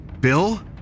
Bill